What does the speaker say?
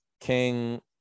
king